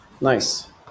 Nice